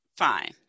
Fine